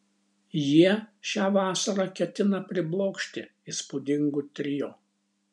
jie šią vasarą ketina priblokšti įspūdingu trio